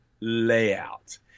layout